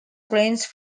range